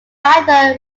neither